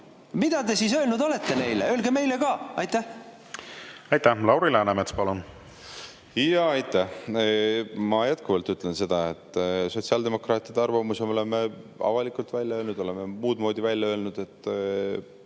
Mida te siis öelnud olete neile? Öelge meile ka! Aitäh! Lauri Läänemets, palun! Aitäh! Lauri Läänemets, palun! Aitäh! Ma jätkuvalt ütlen seda, et sotsiaaldemokraatide arvamuse oleme avalikult välja öelnud ja oleme muud moodi välja öelnud.